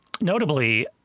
notably